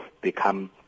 become